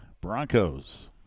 Broncos